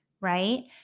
right